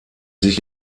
sich